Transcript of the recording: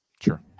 Sure